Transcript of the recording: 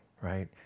right